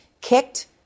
kicked